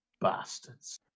bastards